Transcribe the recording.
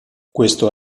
questo